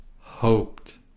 hoped